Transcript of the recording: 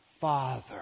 Father